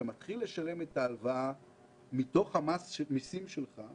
אתה מתחיל לשלם את ההלוואה מתוך המסים שלך,